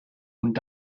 und